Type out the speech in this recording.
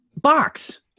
box